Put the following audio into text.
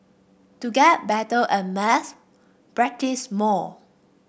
to get better at maths practise more